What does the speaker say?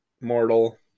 Mortal